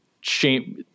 shame